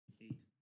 Eight